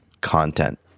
content